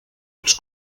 als